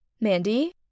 Mandy